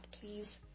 please